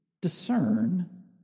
discern